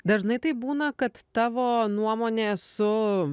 dažnai taip būna kad tavo nuomonė su